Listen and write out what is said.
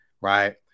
right